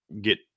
get